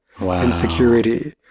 insecurity